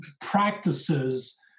practices